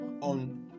on